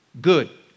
Good